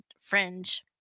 fringe